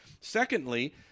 Secondly